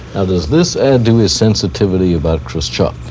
does this add to his sensitivity about khrushchev?